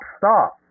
stop